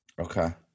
okay